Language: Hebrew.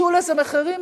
יהיו לזה מחירים,